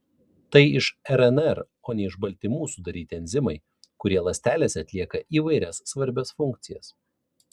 tai iš rnr o ne iš baltymų sudaryti enzimai kurie ląstelėse atlieka įvairias svarbias funkcijas